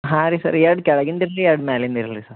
ಹಾಂ ರೀ ಸರ್ ಎರಡು ಕೆಳಗಿಂದು ಇರಲಿ ಎರಡು ಮ್ಯಾಲಿಂದು ಇರಲಿ ಸರ್